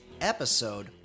Episode